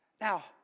Now